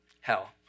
hell